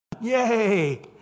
Yay